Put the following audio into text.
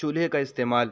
چولہے کا استعمال